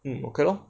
mm okay lah